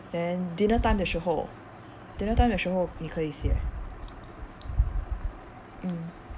then dinner time 的时候 dinner time 的时候你可以写 mm